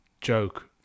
joke